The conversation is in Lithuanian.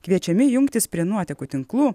kviečiami jungtis prie nuotekų tinklų